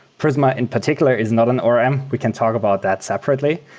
prisma in particular is not an orm. we can talk about that separately.